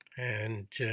and